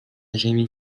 ziemi